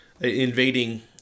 invading